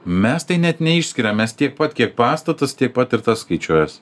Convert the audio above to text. mes tai net neišskiriam mes tiek pat kiek pastatas tiek pat ir tas skaičiuojas